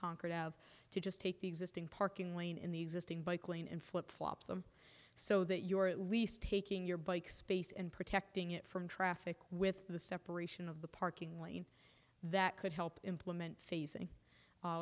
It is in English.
concord out to just take the existing parking lane in the existing bike lane and flip flop them so that you are at least taking your bike space and protecting it from traffic with the separation of the parking light that could help implement